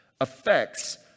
affects